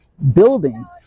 Buildings